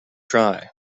try